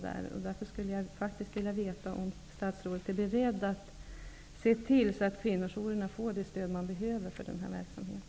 Därför skulle jag vilja veta om statsrådet är beredd att se till att kvinnojourerna får det stöd som de behöver för denna verksamhet.